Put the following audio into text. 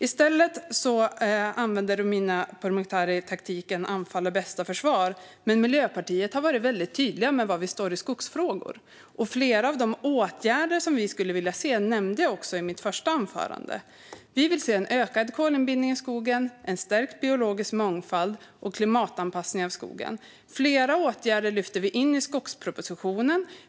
I stället använder Romina Pourmokhtari taktiken anfall är bästa försvar. Men vi i Miljöpartiet har varit väldigt tydliga med var vi står i skogsfrågor. Flera av de åtgärder som vi skulle vilja se nämnde jag också i mitt första inlägg. Vi vill se en ökad kolinbindning i skogen, en stärkt biologisk mångfald och en klimatanpassning av skogen. Flera åtgärder lyfte vi in i skogspropositionen.